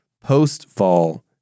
post-fall